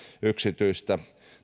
yksityistä